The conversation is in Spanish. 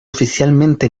oficialmente